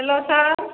hello sir